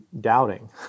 doubting